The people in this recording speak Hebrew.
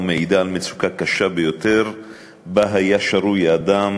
ומעידה על מצוקה קשה ביותר שבה היה האדם